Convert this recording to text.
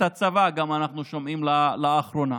ואנחנו שומעים לאחרונה